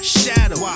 shadow